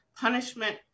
punishment